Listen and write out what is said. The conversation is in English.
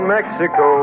Mexico